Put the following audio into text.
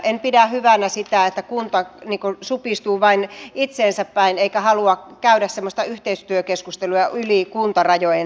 en pidä hyvänä sitä että kunta supistuu vain itseensä päin eikä halua käydä semmoista yhteistyökeskustelua yli kuntarajojen